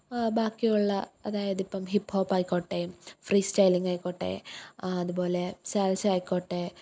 ബാക്കിയുള്ള അതായതിപ്പം ഹിപ്ഹോപ്പായിക്കോട്ടെ ഫ്രീ സ്റ്റൈലിങ്ങായിക്കോട്ടെ അതുപോലെ സാല്സ ആയിക്കോട്ടെ